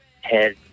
head